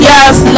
Yes